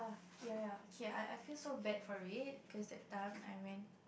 yea yea yea okay I I feel so bad for it cause that time I went